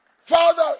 Father